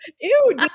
Ew